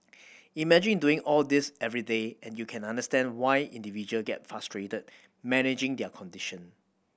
imagine doing all this every day and you can understand why individual get frustrated managing their condition